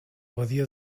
badia